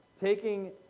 Taking